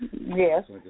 Yes